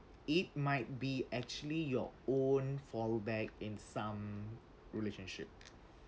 it might be actually your own fallback in some relationship